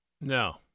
No